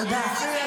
אתה בדיקטטורה.